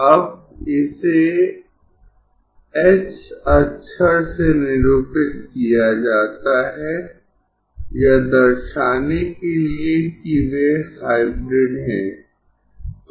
अब इसे h अक्षर से निरूपित किया जाता है यह दर्शाने के लिए कि वे हाइब्रिड है